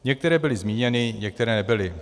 Některé byly zmíněny, některé nebyly.